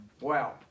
Wow